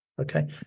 Okay